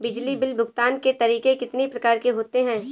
बिजली बिल भुगतान के तरीके कितनी प्रकार के होते हैं?